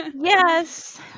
Yes